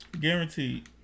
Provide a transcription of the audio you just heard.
Guaranteed